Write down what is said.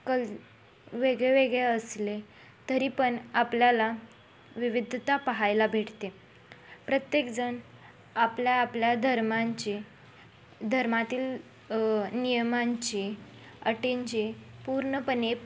कल वेगळेवेगळे असले तरी पण आपल्याला विविधता पाहायला भेटते प्रत्येकजण आपल्या आपल्या धर्मांची धर्मातील नियमांची अटींची पूर्णपणे